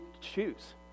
choose